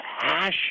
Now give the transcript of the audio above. passion